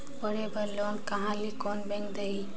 पढ़े बर लोन कहा ली? कोन बैंक देही?